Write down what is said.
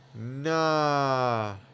Nah